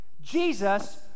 Jesus